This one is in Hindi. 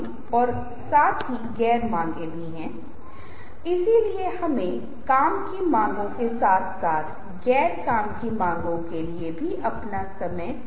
इसलिए जब हम इन सभी चीजों का उपयोग सार्थक और सावधानीपूर्वक निरंतर तरीके से करते हैं तो आज जो हमने किया है उसके आधार पर आप यह महसूस करते हैं कि मुझे यकीन है कि आप यह जान पाएंगे कि प्रेरक संचार सफल होगा